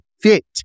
fit